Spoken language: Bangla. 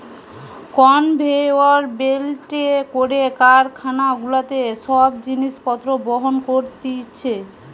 কনভেয়র বেল্টে করে কারখানা গুলাতে সব জিনিস পত্র বহন করতিছে